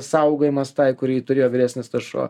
saugojimas tai kurį turėjo vyresnis tas šuo